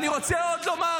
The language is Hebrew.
אני רוצה עוד לומר,